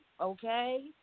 okay